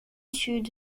sud